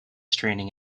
training